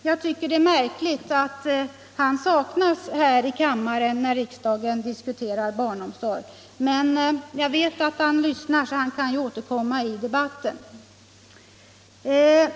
Jag tycker att det är märkligt att han saknas här i kammaren när riksdagen diskuterar barnomsorg, men jag vet att han lyssnar på debatten, och han kan ju återkomma senare.